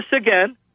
again